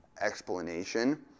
explanation